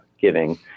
giving